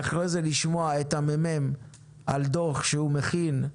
ואחרי זה לשמוע את הממ"מ על עיקרי הדוח שהוא מכין,